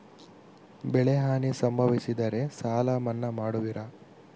ಬೆಳೆಹಾನಿ ಸಂಭವಿಸಿದರೆ ಸಾಲ ಮನ್ನಾ ಮಾಡುವಿರ?